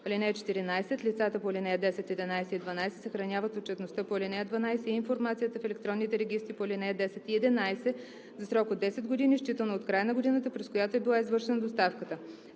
(14) Лицата по ал. 10, 11 и 12 съхраняват отчетността по ал. 12 и информацията в електронните регистри по ал. 10 и 11 за срок 10 години считано от края на годината, през която е била извършена доставката.